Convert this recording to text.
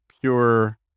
pure